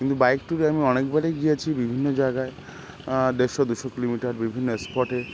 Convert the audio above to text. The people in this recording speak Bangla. কিন্তু বাইক ট্রিপে আমি অনেকবারই গিয়েছি বিভিন্ন জাগায় দেড়শো দুশো কিলোমিটার বিভিন্ন স্পটে